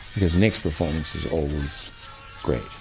because nick's performance is always great.